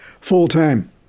full-time